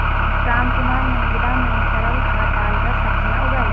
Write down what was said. रामकुमार ने मृदा में तरल खाद डालकर सब्जियां उगाई